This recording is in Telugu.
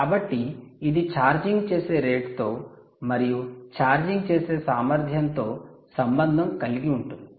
కాబట్టి ఇది ఛార్జింగ్ చేసే రేటుతో మరియు ఛార్జింగ్ చేసే సామర్థ్యంతో సంబంధం కలిగి ఉంటుంది